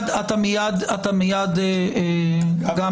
מי מחברי הכנסת שמדבר